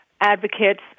advocates